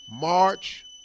March